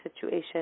situation